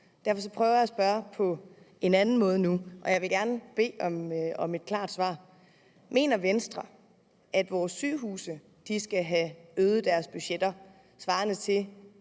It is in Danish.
Derfor prøver jeg at spørge på en anden måde nu, og jeg vil gerne bede om et klart svar. Mener Venstre, at vores sygehuse skal have øget deres budgetter svarende til